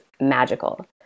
magical